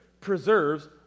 preserves